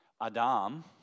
Adam